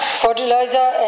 fertilizer